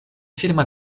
firma